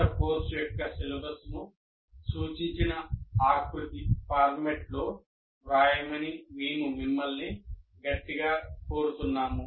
మీ స్వంత కోర్సు యొక్క సిలబస్ను సూచించిన ఆకృతిలో వ్రాయమని మేము మిమ్మల్ని గట్టిగా కోరుతున్నాము